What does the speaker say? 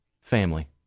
Family